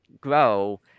grow